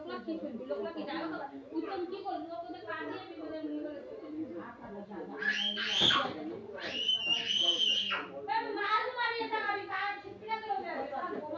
हम सब ऑनलाइन खाता खोल सके है?